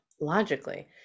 logically